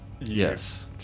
Yes